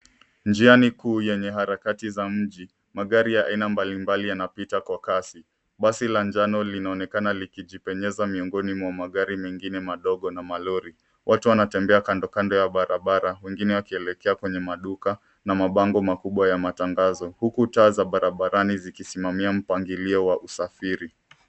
Njia ni kuu zenye harakati za mji magari aina mbalimbali yanapita kwa kasi. Basi la njano linaonekana likijipenyeza miongoni mwa magari mengine madogo na malori. Watu wanatembea kando kando ya barabara wengine wakielekea kwenye maduka na mabango makubwa ya matangazo. Huku taa za barabarani zikisimamia mpangilio wa usafiri.